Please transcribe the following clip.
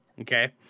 Okay